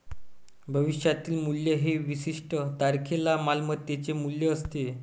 भविष्यातील मूल्य हे विशिष्ट तारखेला मालमत्तेचे मूल्य असते